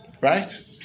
Right